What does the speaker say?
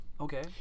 Okay